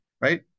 right